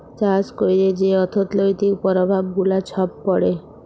চাষ ক্যইরে যে অথ্থলৈতিক পরভাব গুলা ছব পড়ে